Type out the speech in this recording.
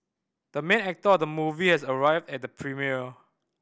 the main actor of the movie has arrived at the premiere